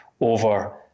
over